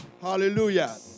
Hallelujah